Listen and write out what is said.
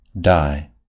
die